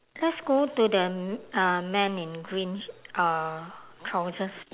let's go to the m~ uh man in green uh trousers